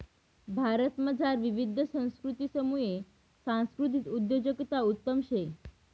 भारतमझार विविध संस्कृतीसमुये सांस्कृतिक उद्योजकता उत्तम शे